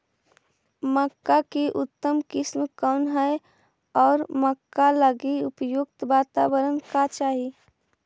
मक्का की उतम किस्म कौन है और मक्का लागि उपयुक्त बाताबरण का चाही?